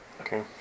Okay